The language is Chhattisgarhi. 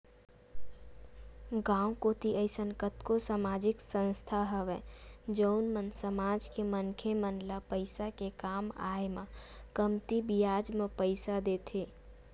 गाँव कोती अइसन कतको समाजिक संस्था हवय जउन मन समाज के मनखे मन ल पइसा के काम आय म कमती बियाज म पइसा देथे